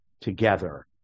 together